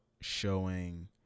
showing